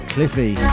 Cliffy